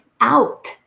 out